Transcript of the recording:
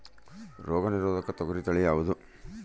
ರೋಗ ನಿರೋಧಕ ತೊಗರಿ ತಳಿ ಯಾವುದು?